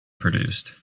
produced